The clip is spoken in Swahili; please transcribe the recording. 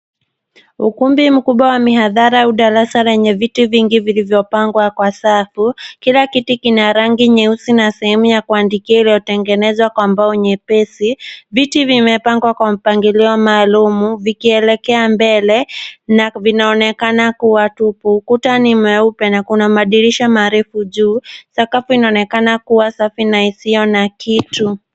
Ukumbi mkubwa wa mihadhara au darasa lenye viti vingi vimepangwa kwa safu, kila kiti kina rangi nyeusi na sehemu ya kuandikia iliyotengenezwa kwa mbao nyepesi. Viti vimepangwa kwa mpangilio maalumu, vikielekea mbele na vinaonekana kuwa tupu. Ukuta ni mweupe, na kuna madirisha marefu juu, sakafu inaonekana kuwa safi na isiyo na kitu.